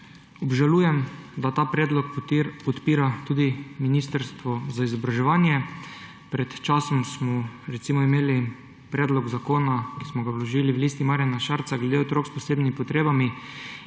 obžalujem, da ta predlog podpira tudi Ministrstvo za izobraževanje. Pred časom smo imeli predlog zakona, ki smo ga vložili v LMŠ, glede otrok s posebnimi potrebami